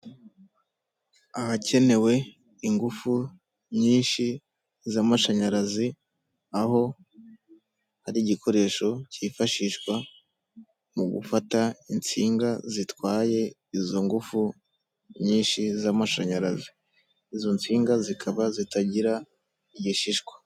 Ahakenewe ingufu nyinshi z'amashanyarazi aho hari igikoresho cyifashishwa mu gufata insinga zitwaye izo ngufu nyinshi z'amashanyarazi, izo msinga zikaba zitagira igishishwa.